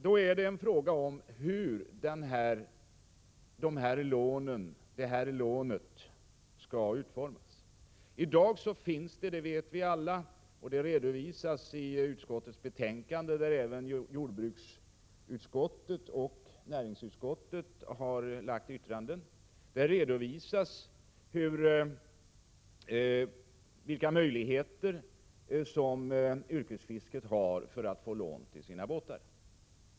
Det handlar då om hur detta lån skall utformas. I dag finns det, det vet vi alla, möjligheter för yrkesfisket att få lån till sina båtar. I försvarsutskottets betänkande, till vilket jordbruksutskottet och näringsutskottet har fogat yttranden, redovisas vilka möjligheter som yrkesfisket har för att få lån till sina båtar.